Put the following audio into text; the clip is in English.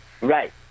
Right